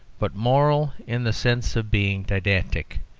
but moral in the sense of being didactic,